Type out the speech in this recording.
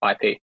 IP